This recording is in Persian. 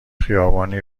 خیابانی